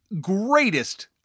greatest